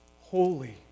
holy